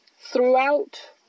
throughout